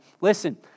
Listen